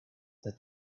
the